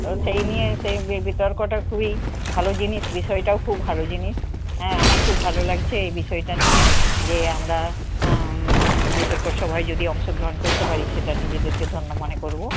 তো সেই নিয়ে সেই বি বিতর্কটা খুবই ভালো জিনিস বিষয়টাও খুব ভালো জিনিস হ্যাঁ আমার খুব ভালো লাগছে এই বিষয়টা নিয়ে যে আমরা বিতর্ক সভায় যদি অংশগ্রহণ করতে পারি সেটা নিজেদেরকে ধন্য মনে করব